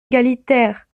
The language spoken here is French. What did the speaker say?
égalitaire